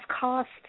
cost